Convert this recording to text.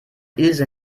ilse